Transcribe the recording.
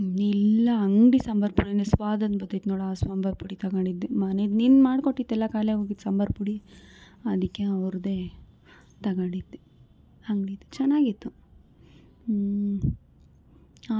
ಇಲ್ಲ ಅಂಗಡಿ ಸಾಂಬರು ಪುಡಿಯೇ ಸ್ವಾದ್ ಅಂತ ಬರ್ತೈತೆ ನೋಡು ಆ ಸಾಂಬರು ಪುಡಿ ತೊಗೊಂಡಿದ್ದೆ ಮನೆದು ನೀನು ಮಾಡಿಕೊಟ್ಟಿದ್ದೆಲ್ಲ ಖಾಲಿಯಾಗೋಗಿತ್ತು ಸಾಂಬರು ಪುಡಿ ಅದಕ್ಕೆ ಅವರದ್ದೇ ತೊಗೊಂಡಿದ್ದೆ ಅಂಗ್ಡಿದು ಚೆನ್ನಾಗಿತ್ತು ಹ್ಞೂ